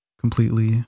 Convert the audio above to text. completely